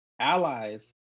allies